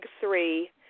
three